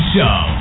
Show